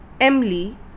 Emily